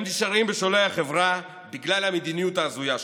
הם נשארים בשולי החברה בגלל המדיניות ההזויה שלך,